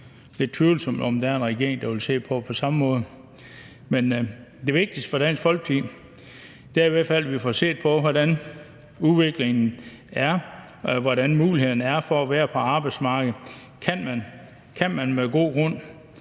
nok lidt tvivlsomt, om der er en regering, der vil se på det på samme måde. Men det vigtigste for Dansk Folkeparti er i hvert fald, at vi får set på, hvordan udviklingen er, og hvordan mulighederne er for at være på arbejdsmarkedet: Kan man med god grund